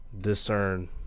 discern